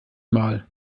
mal